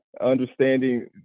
understanding